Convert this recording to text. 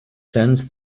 sends